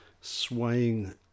swaying